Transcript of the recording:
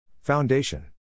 Foundation